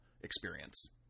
experience